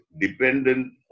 dependent